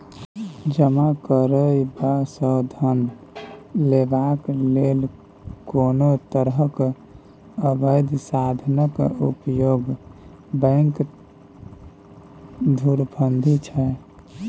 जमा करय बला सँ धन लेबाक लेल कोनो तरहक अबैध साधनक उपयोग बैंक धुरफंदी छै